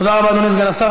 תודה רבה, אדוני סגן השר.